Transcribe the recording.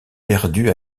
perdue